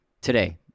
today